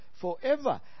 forever